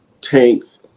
tanks